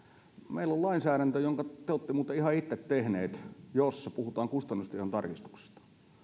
meillä on lainsäädäntö jonka te olette muuten ihan itse tehneet jossa puhutaan kustannustehon tarkistuksista